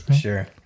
sure